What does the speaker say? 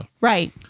Right